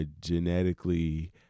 genetically